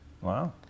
Wow